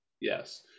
yes